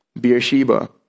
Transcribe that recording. Beersheba